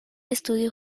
estudio